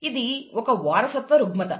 ఇది ఒక వారసత్వ రుగ్మత